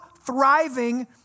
thriving